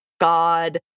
god